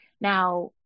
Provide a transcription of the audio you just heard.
now